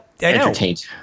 entertained